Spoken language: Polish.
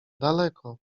daleko